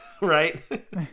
right